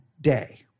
day